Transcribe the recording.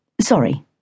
Sorry